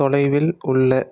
தொலைவில் உள்ள